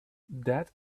that